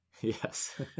Yes